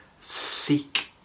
seek